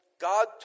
God